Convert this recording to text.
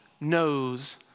knows